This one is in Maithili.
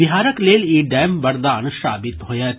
बिहारक लेल ई डैम वरदान साबित होयत